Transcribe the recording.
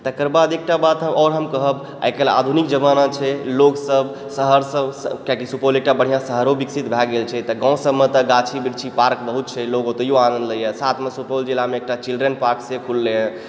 तकर बाद एकटा बात हम आओर हम कहब आइकाल्हि आधुनिक जमाना छै लोक सब शहरसँ किएकि सुपौल एकटा बढ़िआँ शहरो विकसित भए गेल छै गाँव सभमे तऽ गाछी वृक्षी पार्क बहुत छै लोग ओतहियो आनन्द लइए साथमे सुपौल जिलामे एकटा चिल्ड्रेन पार्क से खुललैए